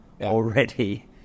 Already